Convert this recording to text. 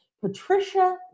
Patricia